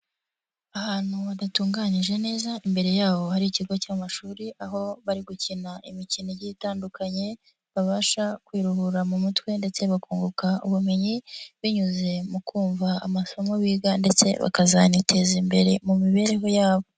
Ahantu badatunganyije neza imbere yabo hari ikigo cy'amashuri aho bari gukina imikino igiye itandukanye babasha kwiruhura mu mutwe ndetse bakunguka ubumenyi binyuze mu kumva amasomo biga ndetse ba bakazaniteza imbere mu mibereho yabo.